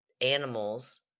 animals